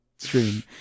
stream